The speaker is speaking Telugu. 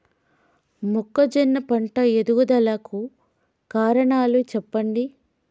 మొక్కజొన్న పంట ఎదుగుదల కు కారణాలు చెప్పండి?